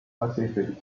pacifist